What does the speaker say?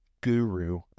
guru